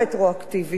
ובעיני,